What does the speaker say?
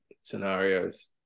scenarios